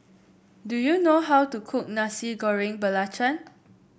do you know how to cook Nasi Goreng Belacan